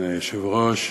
אדוני היושב-ראש,